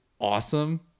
Awesome